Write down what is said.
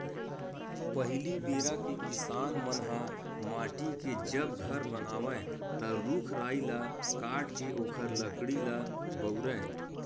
पहिली बेरा के किसान मन ह माटी के जब घर बनावय ता रूख राई ल काटके ओखर लकड़ी ल बउरय